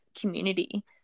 community